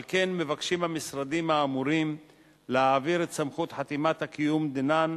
על כן מבקשים המשרדים האמורים להעביר את סמכות חתימת הקיום דנן